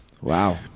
Wow